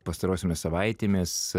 pastarosiomis savaitėmis